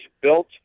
built